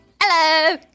Hello